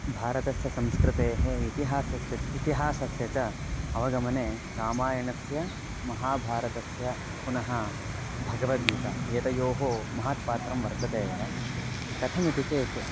भारतस्य संस्कृतेः इतिहासः च इतिहासस्य च अवगमने रामायणस्य महाभारतस्य पुनः भगवद्गीता एतयोः महत्पात्रं वर्तते एव कथमिति चेत्